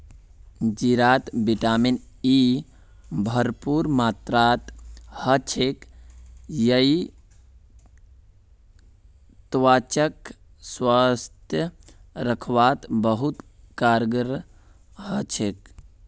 जीरात vitamin E भरपूर मात्रात ह छेक यई त्वचाक स्वस्थ रखवात बहुत कारगर ह छेक